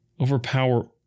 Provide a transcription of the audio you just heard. Overpower